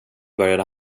började